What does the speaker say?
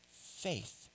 faith